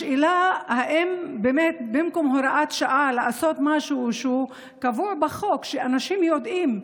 השאלה היא אם במקום הוראת שעה עדיף לעשות משהו קבוע בחוק שאנשים יודעים,